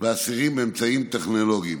ואסירים באמצעים טכנולוגיים.